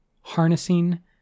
harnessing